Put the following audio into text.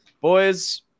Boys